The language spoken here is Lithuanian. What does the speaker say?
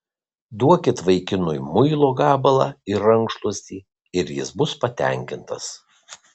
duokit vaikinui muilo gabalą ir rankšluostį ir jis bus patenkintas